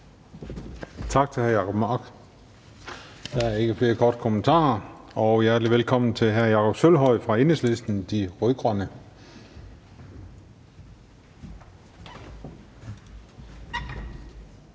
Tak til hr. Jacob Mark. Der er ikke flere korte bemærkninger, og hjertelig velkommen til hr. Jakob Sølvhøj fra Enhedslisten, De rød-grønne.